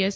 S